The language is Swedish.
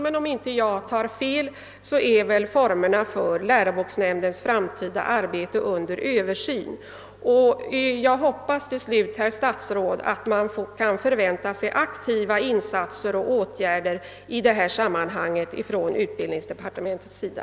Om jag inte tar fel är emellertid formerna för nämndens framtida arbete under översyn. Till sist hoppas jag, herr statsråd, att man kan förvänta sig aktiva insatser och åtgärder i detta sammanhang från utbildningsdepartementets sida.